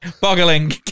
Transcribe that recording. boggling